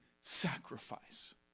sacrifice